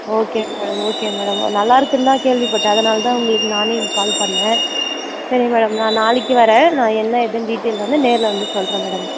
okay madam okay madam நல்லா இருக்குன்னு தான் கேள்விப்பட்டேன் அதனால் தான் உங்களுக்கு நான் கால் பண்ணேன் சரி மேடம் நான் நாளைக்கி வரேன் நான் என்ன ஏதுன்னு டீட்டெயில் வந்து நேரில் வந்து சொல்கிறேன் மேடம்